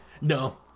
no